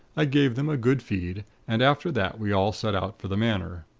i gave them a good feed and after that we all set out for the manor.